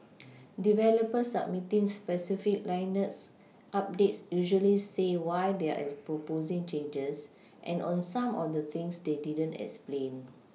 developers submitting specific Linux updates usually say why they're proposing changes and on some of the things they didn't explain